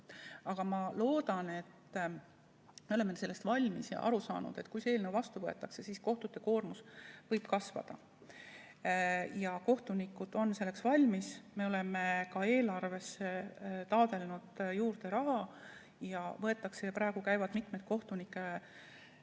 ma loodan, et me oleme selleks valmis ja aru saanud, et kui see eelnõu vastu võetakse, siis kohtute koormus võib kasvada. Kohtunikud on selleks valmis. Me oleme ka eelarvesse taotlenud raha juurde. Praegu käivad mitmed kohtunike